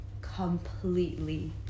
Completely